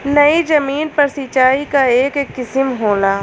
नयी जमीन पर सिंचाई क एक किसिम होला